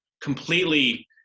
completely